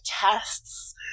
tests